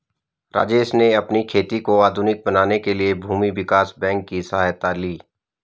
राजेश ने अपनी खेती को आधुनिक बनाने के लिए भूमि विकास बैंक की सहायता ली